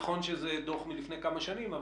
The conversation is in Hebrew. נכון שזה דוח מלפני כמה שנים,